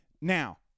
Now